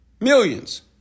millions